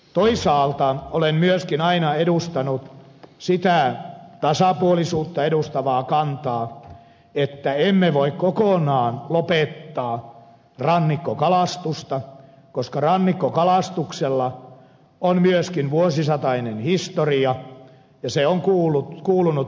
toisaalta olen myöskin aina edustanut sitä tasapuolisuutta edustavaa kantaa että emme voi kokonaan lopettaa rannikkokalastusta koska rannikkokalastuksella on myöskin vuosisatainen historia ja se on kuulunut paikallisiin oikeuksiin